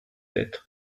être